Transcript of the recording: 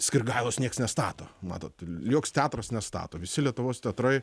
skirgailos nieks nestato matot joks teatras nestato visi lietuvos teatrai